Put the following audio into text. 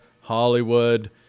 Hollywood